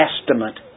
estimate